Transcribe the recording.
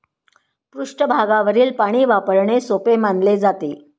पृष्ठभागावरील पाणी वापरणे सोपे मानले जाते